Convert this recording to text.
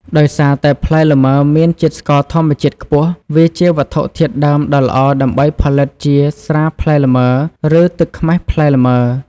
ដោយសារតែផ្លែលម៉ើមានជាតិស្ករធម្មជាតិខ្ពស់ វាជាវត្ថុធាតុដើមដ៏ល្អដើម្បីផលិតជា ស្រាផ្លែលម៉ើ ឬ ទឹកខ្មេះផ្លែលម៉ើ។